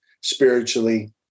spiritually